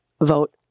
vote